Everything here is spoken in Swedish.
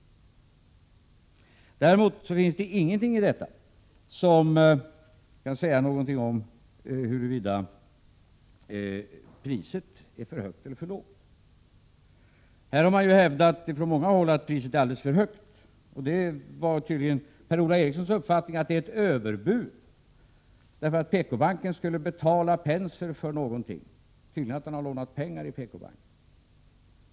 Däremot finns det ingenting i detta som kan säga någonting om huruvida priset är för högt eller för lågt. Här har man ju från många håll hävdat att priset är alldeles för högt. Enligt Per-Ola Erikssons uppfattning var det ett överbud därför att PKbanken skulle betala Penser för någonting — tydligen för att han hade lånat pengari PKbanken.